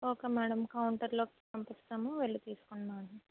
okay madam కౌంటర్లోకి పంపిస్తాము వెళ్ళి తీసుకోండి మేడం